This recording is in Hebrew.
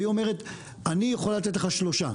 והיא אומרת אני יכולה לתת לך שלושה,